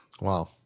wow